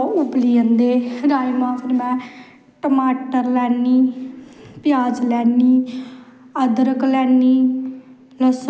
कोई मक्क देआ दा सब कुश दिंदे लोह्ड़ी दा ध्यार साढ़ै बड़ा मनाया जंदा ऐ जम्मू च